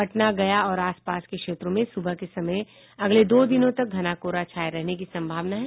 पटना गया और आस पास के क्षेत्रों में सुबह के समय अगले दो दिनों तक घना कोहरा छाये रहने की सम्भावना है